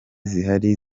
zihari